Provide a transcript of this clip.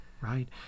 Right